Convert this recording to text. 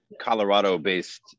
colorado-based